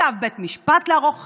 של צו בית משפט לערוך חיפוש,